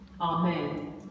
Amen